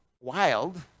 wild